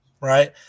right